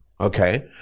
okay